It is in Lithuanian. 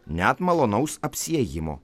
net malonaus apsiėjimo